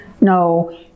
no